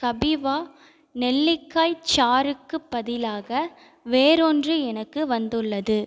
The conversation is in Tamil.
கபீவா நெல்லிக்காய்ச் சாறுக்குப் பதிலாக வேறொன்று எனக்கு வந்துள்ளது